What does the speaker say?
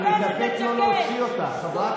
אני מתאפק שלא להוציא אותך, חברת הכנסת רגב.